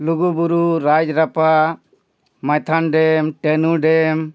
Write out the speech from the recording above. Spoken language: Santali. Lugu Buru Rajrappa Maithon dam Tenu dam